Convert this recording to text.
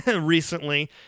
recently